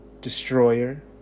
destroyer